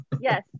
Yes